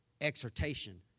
exhortation